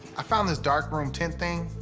i found this darkroom tent thing.